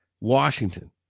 Washington